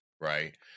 right